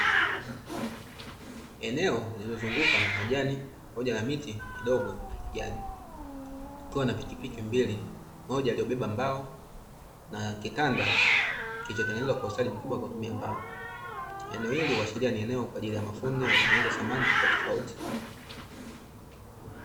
Eneo lililozungukwa na majani pamoja na miti midogo ya kijani, ikiwa na pikipiki mbili, moja iliyobeba mbao, na kitanda kilichotengenezwa kwa ustadi mkubwa kwa kutumia mbao. Eneo hili huashiria ni eneo kwa ajili ya mafundi wa kutengeneza samani tofautitofauti.